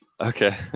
Okay